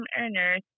earners